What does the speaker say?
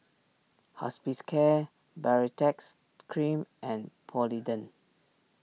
Hospicare Baritex Cream and Polident